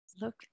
Look